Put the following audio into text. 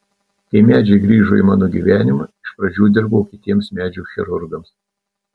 kai medžiai grįžo į mano gyvenimą iš pradžių dirbau kitiems medžių chirurgams